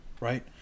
right